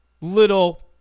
little